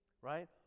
right